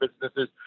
businesses